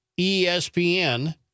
ESPN